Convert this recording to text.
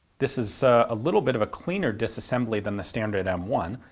this is a little bit of a cleaner disassembly than the standard m one,